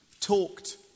talked